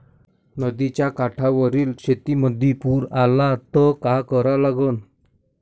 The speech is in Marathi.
नदीच्या काठावरील शेतीमंदी पूर आला त का करा लागन?